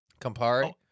Campari